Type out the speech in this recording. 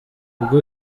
ubwo